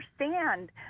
understand